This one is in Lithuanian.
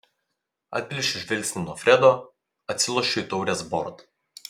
atplėšiu žvilgsnį nuo fredo atsilošiu į taurės bortą